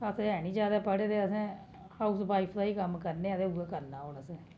अस ते ऐ निं जादै पढ़े दे असें हाऊस वाईफ दा कम्म करने आं ते उ'ऐ करना अग्गें